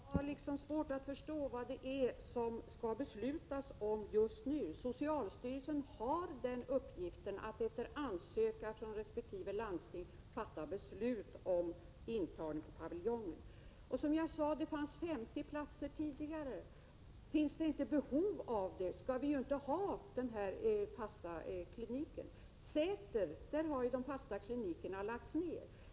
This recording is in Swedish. Fru talman! Jag har svårt att förstå vad det är som det skall fattas beslut om just nu. Socialstyrelsen har den uppgiften att efter ansökan från resp. landsting besluta om intagning på paviljongen. Som jag redan sagt fanns det 50 platser tidigare. Om det inte finns något behov av det, skall vi inte ha kvar den fasta kliniken. I Säter har de fasta klinikerna lagts ner.